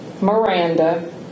Miranda